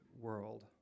world